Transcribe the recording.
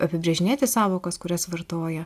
apibrėžinėti sąvokas kurias vartoja